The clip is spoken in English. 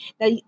Now